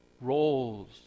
Roles